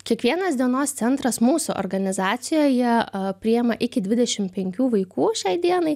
kiekvienas dienos centras mūsų organizacijoje priima iki dvidešim penkių vaikų šiai dienai